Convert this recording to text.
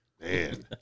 Man